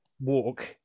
walk